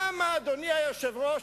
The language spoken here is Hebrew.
אדוני היושב-ראש,